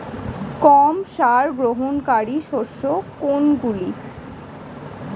কম সার গ্রহণকারী শস্য কোনগুলি?